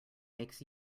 makes